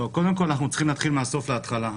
קודם כול, אנחנו צריכים להתחיל מהסוף להתחלה.